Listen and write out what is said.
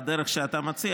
בדרך שאתה מציע,